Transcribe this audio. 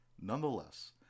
Nonetheless